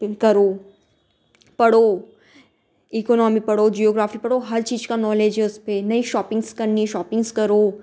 pin करो पढ़ो economy पढ़ो जियोग्रोफी पढ़ो हर चीज़ का नॉलेज है उस पर नए शॉपिंग्स करनी है शॉपिंग्स करो